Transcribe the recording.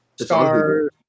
stars